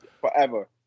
Forever